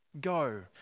Go